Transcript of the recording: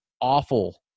awful